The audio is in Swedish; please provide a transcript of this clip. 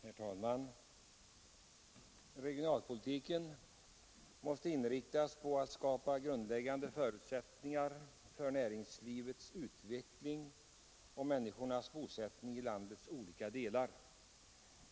Herr talman! ”Regionalpolitiken måste inriktas på att skapa grundläggande förutsättningar för näringslivets utveckling och människornas bosättning i landets olika delar.